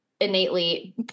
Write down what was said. innately